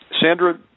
Sandra